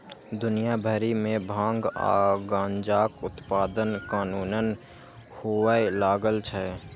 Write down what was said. दुनिया भरि मे भांग आ गांजाक उत्पादन कानूनन हुअय लागल छै